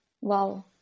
Wow